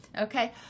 Okay